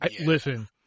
Listen